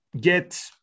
get